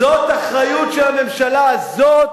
זאת אחריות של הממשלה הזאת,